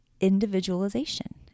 individualization